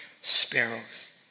sparrows